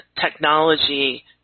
technology